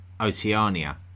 Oceania